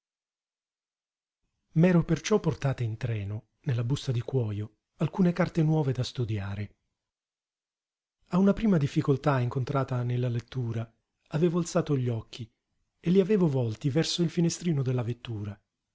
m'ero perciò portate in treno nella busta di cuojo alcune carte nuove da studiare a una prima difficoltà incontrata nella lettura avevo alzato gli occhi e li avevo volti verso il finestrino della vettura